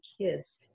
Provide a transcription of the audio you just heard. kids